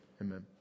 Amen